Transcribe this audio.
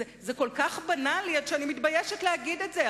זה כל כך בנאלי עד שאני מתביישת להגיד את זה.